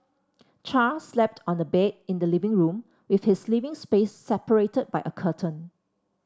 Char slept on a bed in the living room with his living space separated by a curtain